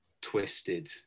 twisted